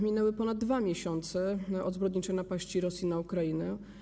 Minęły ponad 2 miesiące od zbrodniczej napaści Rosji na Ukrainę.